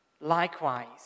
Likewise